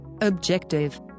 objective